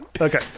okay